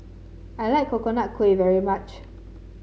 I like Coconut Kuih very much